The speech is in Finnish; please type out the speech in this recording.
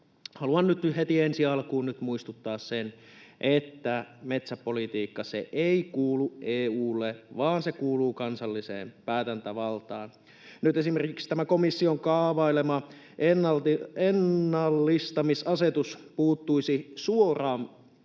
Haluan nyt heti ensi alkuun muistuttaa siitä, että metsäpolitiikka ei kuulu EU:lle vaan se kuuluu kansalliseen päätäntävaltaan. Nyt esimerkiksi tämä komission kaavailema ennallistamisasetus puuttuisi suoraan